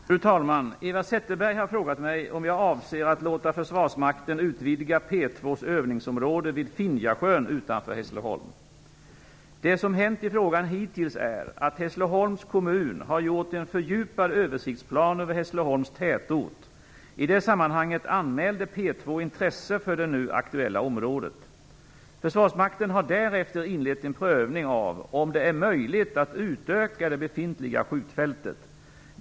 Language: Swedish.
Fru talman! Eva Zetterberg har frågat mig om jag avser att låta försvarsmakten utvidga P2:s övningsområde vid Finjasjön utanför Hässleholm. Det som hänt i frågan hittills är att Hässleholms kommun har gjort en fördjupad översiktsplan över Hässleholms tätort. I det sammanhanget anmälde P2 intresse för det nu aktuella området. Försvarsmakten har därefter inlett en prövning av om det är möjligt att utöka det befintliga skjutfältet.